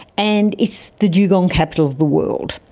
and it's the dugong capital of the world,